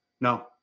No